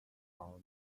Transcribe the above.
are